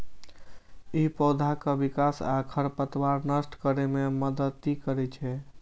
ई पौधाक विकास आ खरपतवार नष्ट करै मे मदति करै छै